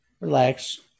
relax